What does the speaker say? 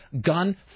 Gun